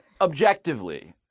objectively